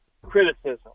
Criticism